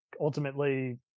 ultimately